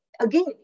again